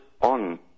on